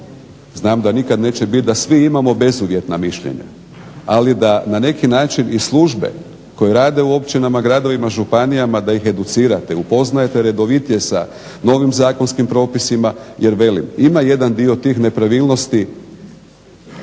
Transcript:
znam da nikad neće bit da svi imamo bezuvjetna mišljenja. Ali da na neki način i službe koje rade u općinama, gradovima, županijama da ih educirate, upoznajete redovitije sa novim zakonskim propisima. Jer velim, ima jedan dio tih nepravilnosti,